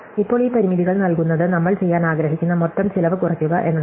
ഇപ്പോൾ ഈ പരിമിതികൾ നൽകുന്നത് നമ്മൾ ചെയ്യാൻ ആഗ്രഹിക്കുന്ന മൊത്തം ചെലവ് കുറയ്ക്കുക എന്നതാണ്